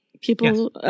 People